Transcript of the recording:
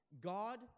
God